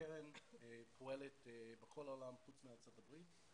הקרן פועלת בכל העולם, חוץ מארצות הברית.